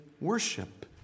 worship